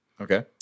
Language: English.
Okay